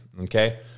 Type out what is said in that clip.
Okay